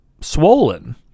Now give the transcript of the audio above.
swollen